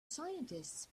scientists